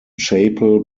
chapel